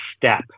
step